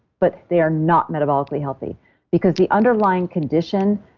but they are not metabolically healthy because the underlying condition,